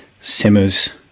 simmers